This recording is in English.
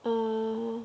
ah